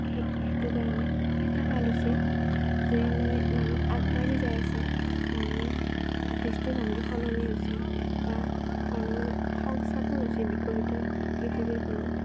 সেই সেইটো কাৰণে এটা ভাল হৈছি যে মানে মানুহ আগবাঢ়ি যাই আছে মানুহে দৃষ্টিভংগী সলনি হৈছি বা মানুহৰ সংস্থাপন হৈছি বিকশিত পৃথিৱীৰ ফলত